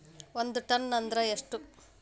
ಒಂದ್ ಟನ್ ಅಂದ್ರ ಎಷ್ಟ?